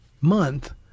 month